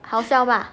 好笑 mah